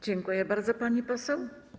Dziękuję bardzo, pani poseł.